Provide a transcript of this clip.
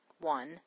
One